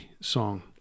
song